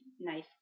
nice